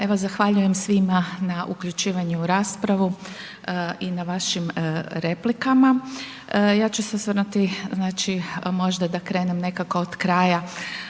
Evo zahvaljujem svima na uključivanju u raspravu i na vašim replikama. Ja ću se osvrnuti, možda da krenem nekako od kraja